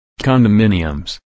Condominiums